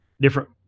different